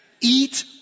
Eat